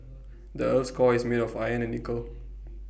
the Earth's core is made of iron and nickel